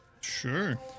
Sure